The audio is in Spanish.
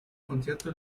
concierto